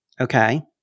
okay